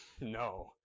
No